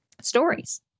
Stories